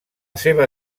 seva